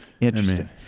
Interesting